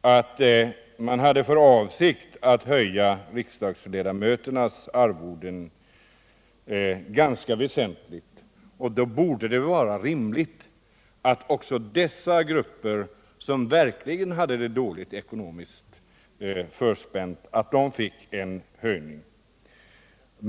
om att man hade för avsikt att höja riksdagsledamöternas arvoden ganska väsentligt, varför det borde vara rimligt att dessa grupper, som verkligen hade det ekonomiskt dåligt förspänt, fick en höjning.